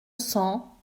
cent